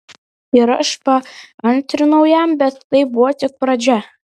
ir aš paantrinau jam bet tai buvo tik pradžia